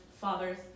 father's